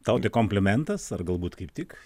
tau tai komplimentas ar galbūt kaip tik